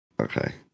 Okay